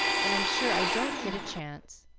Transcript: and i'm sure i don't get a chance.